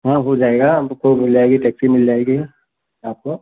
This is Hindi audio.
हाँ हो जाएगा आपको मिल जाएगी टेक्सी मिल जाएगी आपको